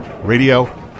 Radio